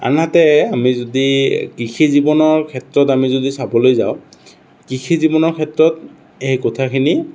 আনহাতে আমি যদি কৃষি জীৱনৰ ক্ষেত্ৰত আমি যদি চাবলৈ যাওঁ কৃষি জীৱনৰ ক্ষেত্ৰত সেই কথাখিনি